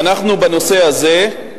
ואנחנו, בנושא הזה,